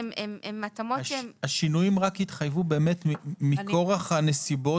השינויים רק התחייבו באמת מכורח הנסיבות